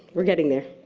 we're getting there.